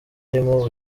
arimo